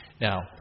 Now